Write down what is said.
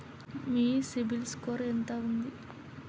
మీ CIBIL score ఎంత ఉంది?